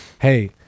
hey